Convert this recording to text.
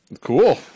cool